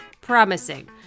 Promising